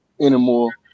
anymore